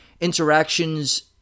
interactions